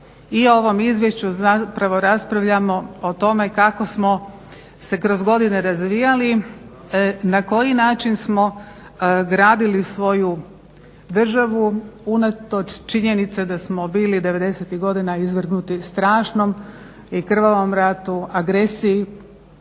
i o ovom izvješću zapravo raspravljamo o tome kako smo se kroz godine razvijali, na koji način smo gradili svoju državu unatoč činjenici da smo bili 90-tih godina izvrgnuti strašnom i krvavom ratu, agresiji,